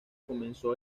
comenzó